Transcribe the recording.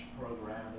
program